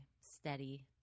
steady